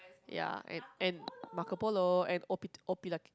ya and and Marco Polo and O Pete O Pillar